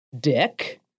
dick